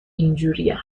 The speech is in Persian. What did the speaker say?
اینجورین